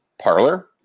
parlor